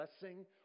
blessing